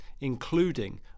including